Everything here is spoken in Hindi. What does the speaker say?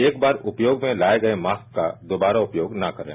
एक बार उपयोग में लाये गये मास्क का दोबारा उपयोग न करें